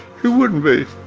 who wouldn't be?